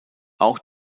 auch